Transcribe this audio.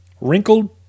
Wrinkled